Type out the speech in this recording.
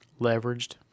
leveraged